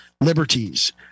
liberties